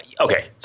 okay